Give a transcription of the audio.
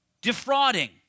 defrauding